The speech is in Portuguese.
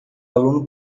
aluno